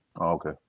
Okay